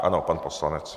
Ano, pan poslanec.